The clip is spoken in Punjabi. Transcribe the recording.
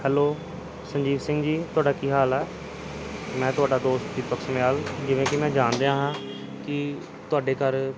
ਹੈਲੋ ਸੰਜੀਵ ਸਿੰਘ ਜੀ ਤੁਹਾਡਾ ਕੀ ਹਾਲ ਹੈ ਮੈਂ ਤੁਹਾਡਾ ਦੋਸਤ ਦੀਪਕ ਸਮਿਆਲ ਜਿਵੇਂ ਕਿ ਮੈਂ ਜਾਣ ਦਿਆ ਹਾਂ ਕਿ ਤੁਹਾਡੇ ਘਰ